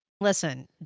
Listen